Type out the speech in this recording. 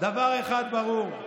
דבר אחד ברור: